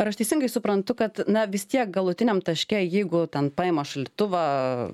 ar aš teisingai suprantu kad na vis tiek galutiniam taške jeigu ten paima šaldytuvą